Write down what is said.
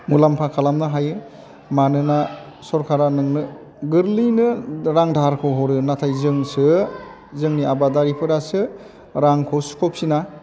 मुलाम्फा खालामनो हायो मानोना सरकारा नोंनो गोरलैयैनो रां दाहारखौ हरो नाथाय जोंसो जोंनि आबादारिफोरासो रांखौ सुख'फिना